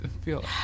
feel